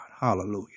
hallelujah